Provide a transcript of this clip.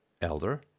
elder